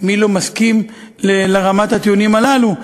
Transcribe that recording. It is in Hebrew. מי לא מסכים לרמת הטיעונים הללו.